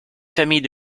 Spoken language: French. famille